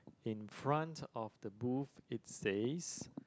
in front of the booth it says